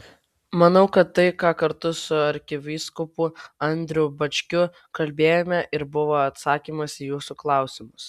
manau kad tai ką kartu su arkivyskupu audriu bačkiu kalbėjome ir buvo atsakymas į jūsų klausimus